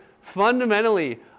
fundamentally